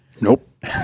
Nope